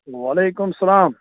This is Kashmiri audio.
وعلیکُم اسلام